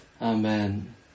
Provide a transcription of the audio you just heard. Amen